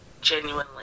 genuinely